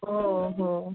हो हो